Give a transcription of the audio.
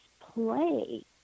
play